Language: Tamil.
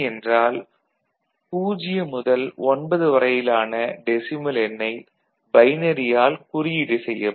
என்றால் 0 முதல் 9 வரையிலான டெசிமல் எண்ணை பைனரியால் குறியீடு செய்யப்படும்